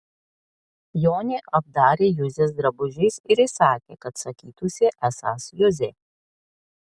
jonį apdarė juzės drabužiais ir įsakė kad sakytųsi esąs juzė